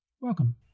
Welcome